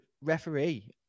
referee